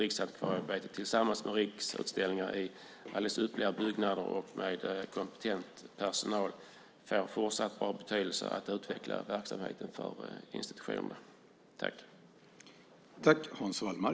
Riksantikvarieämbetet får tillsammans med Riksutställningar i alldeles ypperliga byggnader och med kompetent personal en fortsatt bra betydelse när det gäller att utveckla verksamheten för institutioner.